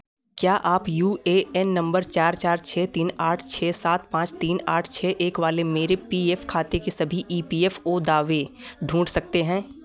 क्या आप U A N number चार चार छः तीन आठ छः सात पाँच तीन आठ छः एक वाले मेरे पी एफ़ खाते की सभी ई पी एफ़ ओ दावे ढूंढ सकते हैं